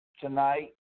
Tonight